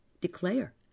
declare